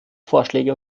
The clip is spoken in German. vorschläge